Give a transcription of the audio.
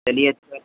चलिए अच्छा